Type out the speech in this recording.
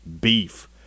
beef